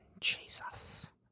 Jesus